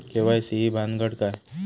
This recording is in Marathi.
के.वाय.सी ही भानगड काय?